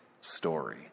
story